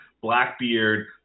Blackbeard